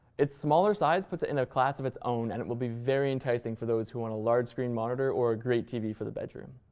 it's smaller size puts it in a class of it's own, and it will very enticing for those who want a large screen monitor or a great tv for the bedroom.